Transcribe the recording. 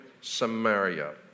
Samaria